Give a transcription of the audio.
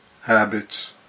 habits